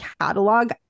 catalog